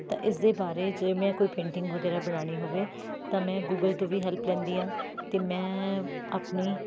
ਤਾਂ ਇਸ ਦੇ ਬਾਰੇ ਜੇ ਮੈਂ ਕੋਈ ਪੇਂਟਿੰਗ ਵਗੈਰਾ ਬਣਾਉਣੀ ਹੋਵੇ ਤਾਂ ਮੈਂ ਗੂਗਲ ਤੋਂ ਵੀ ਹੈਲਪ ਲੈਂਦੀ ਹਾਂ ਅਤੇ ਮੈਂ ਆਪਣੀ